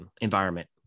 environment